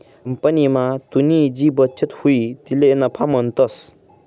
कंपनीमा तुनी जी बचत हुई तिले नफा म्हणतंस